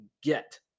get